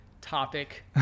topic